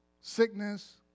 sickness